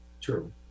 True